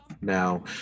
now